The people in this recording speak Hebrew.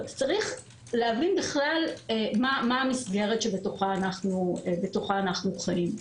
צריך להבין בכלל מה המסגרת שבתוכה אנחנו חיים.